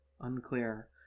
Unclear